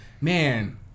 man